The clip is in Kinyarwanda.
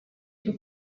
cyo